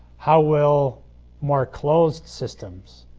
how will more closed systems,